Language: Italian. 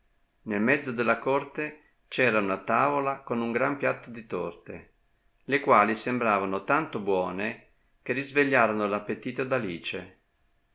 nel mezzo della corte c'era una tavola con un gran piatto di torte le quali sembravano tanto buone che risvegliarono l'appetito ad alice